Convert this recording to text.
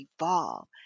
evolve